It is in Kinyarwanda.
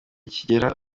kigera